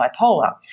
bipolar